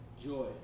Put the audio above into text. Joy